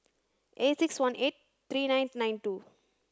eight six one eight three nine nine two